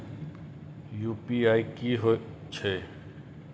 UPI की हेछे?